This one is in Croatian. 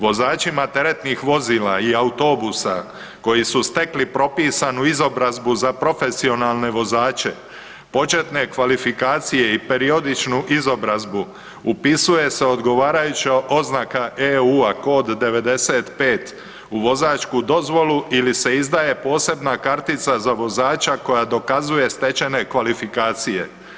Vozačima teretnih vozila i autobusa koji su stekli propisanu izobrazbu za profesionalne vozače početne kvalifikacije i periodičnu izobrazbu upisuje se odgovarajuća oznaka EU kod 95 u vozačku dozvolu ili se izdaje posebna kartica za vozača koja dokazuje stečene kvalifikacije.